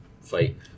fight